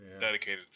dedicated